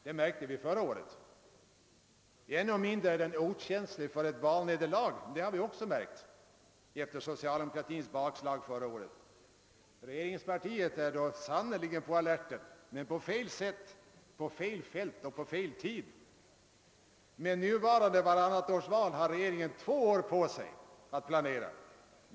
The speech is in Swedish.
Det märkte vi förra året. Ännu mindre är regeringen okänslig för ett valnederlag. Det har vi också märkt efter socialdemokratins bakslag förra året. Regeringspartiet är då sannerligen på alerten men på fel sätt, på fel fält och på fel tid. Med nuvarande vartannatårsval har regeringen två år på sig att planera.